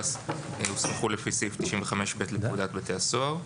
בתי הסוהר יועסקו לפי סעיף 95(ב) לפקודת בתי הסוהר.